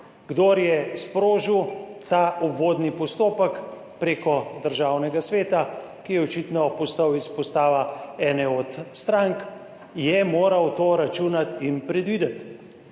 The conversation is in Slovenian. Kdor je sprožil ta uvodni postopek preko Državnega sveta, ki je očitno postal izpostava ene od strank, je moral na to računati in to predvideti.